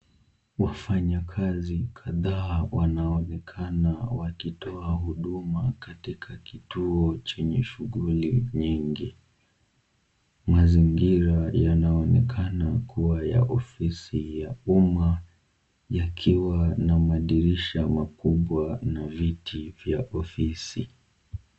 Wafanyakazi kadhaa wanaoenekana wakitoa huduma katika kituo chenye shughuli nyingi. Mazingira yanaonekana kuwa ya ofisi ya umma yakiwa na madirisha makubwa na viti vya ofisi.